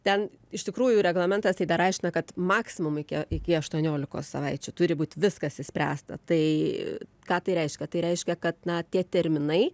ten iš tikrųjų reglamentas tai dar aiškina kad maksimum iki iki aštuoniolikos savaičių turi būt viskas išspręsta tai ką tai reiškia tai reiškia kad na tie terminai